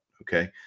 okay